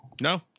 No